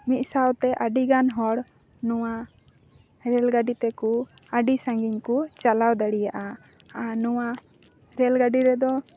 ᱢᱤᱫᱥᱟᱶᱛᱮ ᱟᱹᱰᱤᱜᱟᱱ ᱦᱚᱲ ᱱᱚᱣᱟ ᱨᱮᱞᱜᱟᱹᱰᱤ ᱛᱮᱠᱚ ᱟᱹᱰᱤ ᱥᱟᱺᱜᱤᱧ ᱠᱚ ᱪᱟᱞᱟᱣ ᱫᱟᱲᱮᱭᱟᱜᱼᱟ ᱟᱨ ᱱᱚᱣᱟ ᱨᱮᱞᱜᱟᱹᱰᱤ ᱨᱮᱫᱚ